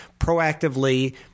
proactively